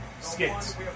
Skits